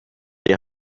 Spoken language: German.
die